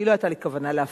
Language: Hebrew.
כי לא היתה לי כוונה להפריע,